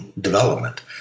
development